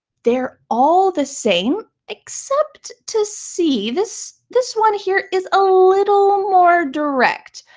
they're all the same, except to see. this this one here is a little more direct.